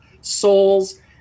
souls